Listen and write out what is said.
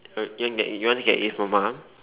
uh you want to get it you want to get it for mum